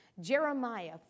Jeremiah